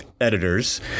editors